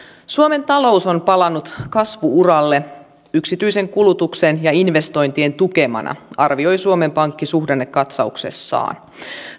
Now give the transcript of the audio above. suomen talous on palannut kasvu uralle yksityisen kulutuksen ja investointien tukemana arvioi suomen pankki suhdannekatsauksessaan